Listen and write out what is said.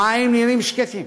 המים נראים שקטים